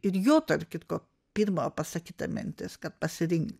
ir jo tarp kitko pirma pasakyta mintis kad pasirink